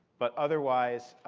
but otherwise,